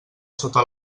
sota